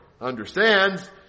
understands